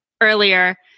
earlier